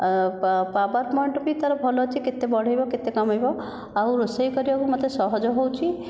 power point ବି ତା'ର ଭଲ ଅଛି କେତେ ବଢ଼ାଇବ କେତେ କମାଇବ ଆଉ ରୋଷେଇ କରିବାକୁ ମତେ ସହଜ ହେଉଛି